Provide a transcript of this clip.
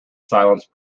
silence